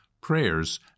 prayers